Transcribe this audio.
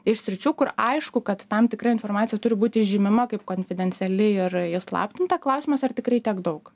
iš sričių kur aišku kad tam tikra informacija turi būti žymima kaip konfidenciali ir įslaptinta klausimas ar tikrai tiek daug